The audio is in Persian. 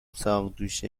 ساقدوش